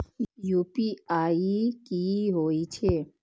UPI की होई छै?